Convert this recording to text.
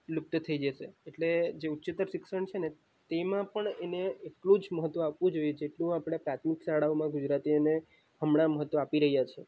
જ લુપ્ત થઈ જશે એટલે જે ઉચ્ચતર શિક્ષણ છે ને તેમાં પણ એને એટલું જ મહત્ત્વ આપવું જોઈએ જેટલું આપણે પ્રાથમિક શાળાઓમાં ગુજરાતી અને હમણાં મહત્ત્વ આપી રહ્યાં છીએ